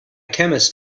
chemist